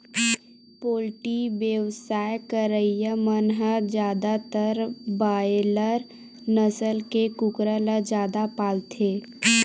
poultry बेवसाय करइया मन ह जादातर बायलर नसल के कुकरा ल जादा पालथे